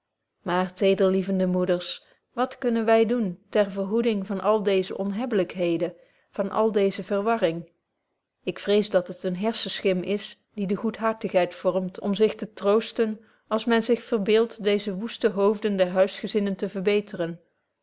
maar tederlievende moeders wat kunnen wy doen ter verhoeding van alle deeze onhebbelykheden van alle deeze verwarringen ik vrees dat het eene harssenschim is die de goedhartigheid vormt om zich te troosten als men zich verbeeld deeze woeste hoofden der huisgezinnen te verbeteren